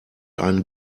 einen